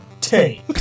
take